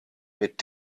mit